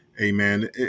Amen